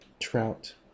trout